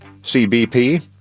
CBP